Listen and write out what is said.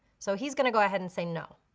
so he's gonna go ahead and say no.